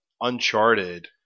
Uncharted